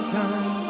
time